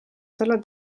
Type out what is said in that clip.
selle